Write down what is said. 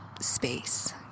space